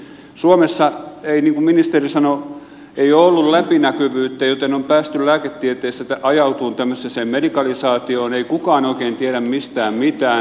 suomessa ei niin kuin ministeri sanoi ole ollut läpinäkyvyyttä joten on päästy lääketieteessä ajautumaan tämmöiseen medikalisaatioon ei kukaan oikein tiedä mistään mitään